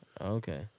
Okay